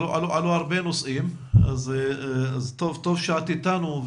עלו הרבה נושאים וטוב שאת איתנו,